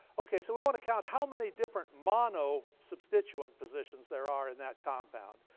okay, so we want to count how many different mono-substituent positions there are in that compound.